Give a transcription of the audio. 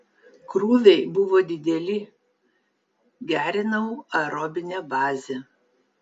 krūviai buvo dideli gerinau aerobinę bazę